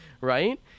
right